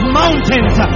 mountains